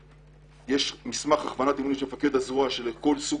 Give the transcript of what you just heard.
יש מסמך הכוונת אימונים של מפקד הזרוע שבכל סוג